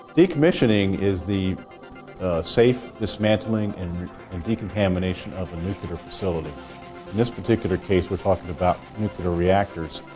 decommissioning is the safe dismantling and and decontamination of a nuclear facility. in this particular case, we are talking about nuclear reactors.